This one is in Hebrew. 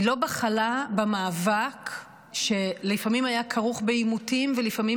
היא לא בחלה במאבק שלפעמים היה כרוך בעימותים ולפעמים